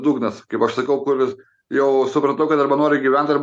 dugnas kaip aš sakau kuris jau supratau kad arba noriu gyvent arba